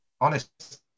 honest